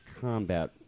combat